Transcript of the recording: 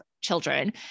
children